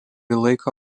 laiką